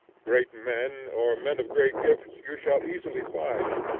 great men or men of great gifts you shall easily find,